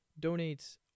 donates